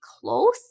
close